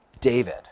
David